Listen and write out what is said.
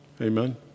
Amen